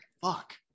Fuck